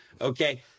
okay